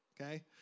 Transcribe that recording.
okay